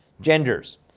genders